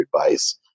advice